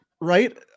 right